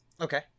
Okay